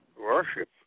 worship